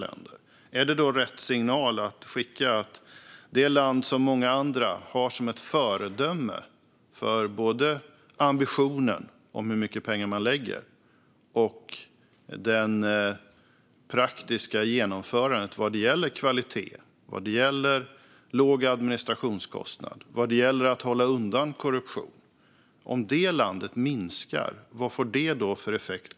Är det då rätt signal att skicka att det land som många andra har som föredöme i fråga om ambitionen för både hur mycket pengar man lägger och det praktiska genomförandet vad gäller kvalitet, låg administrationskostnad och att hålla undan korruption, minskar sitt bistånd? Vad får det för effekt?